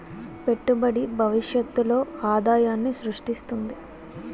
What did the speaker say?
పెట్టుబడి భవిష్యత్తులో ఆదాయాన్ని స్రృష్టిస్తుంది